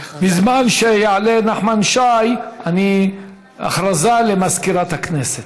בזמן שיעלה נחמן שי, הודעה למזכירת הכנסת.